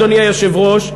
אדוני היושב-ראש,